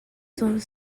sont